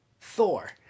Thor